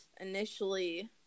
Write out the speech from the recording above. initially